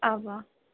اَوا